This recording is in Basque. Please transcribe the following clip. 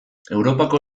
europako